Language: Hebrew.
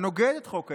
הנוגד את חוק היסוד,